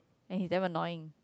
and he's damn annoying